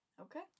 Okay